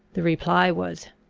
the reply was,